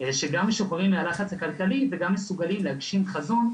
שגם משוחררים מהלחץ הכלכלי וגם מסוגלים להגשים חזון,